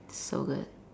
so good